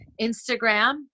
Instagram